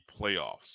playoffs